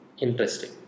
interesting